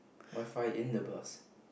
modify in the bus